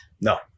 No